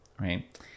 right